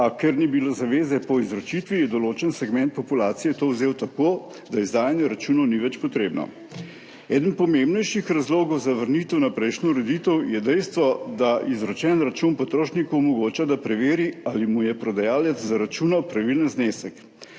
a ker ni bilo zaveze po izročitvi, je določen segment populacije to vzel tako, da izdajanje računov ni več potrebno. Eden pomembnejših razlogov za vrnitev na prejšnjo ureditev je dejstvo, da izročen račun potrošniku omogoča, da preveri, ali mu je prodajalec zaračunal pravilen znesek.